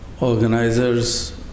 organizers